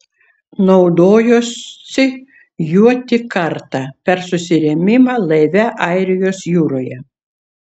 naudojosi juo tik kartą per susirėmimą laive airijos jūroje